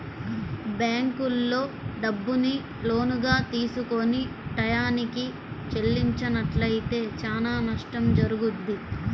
బ్యేంకుల్లో డబ్బుని లోనుగా తీసుకొని టైయ్యానికి చెల్లించనట్లయితే చానా నష్టం జరుగుద్ది